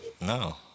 No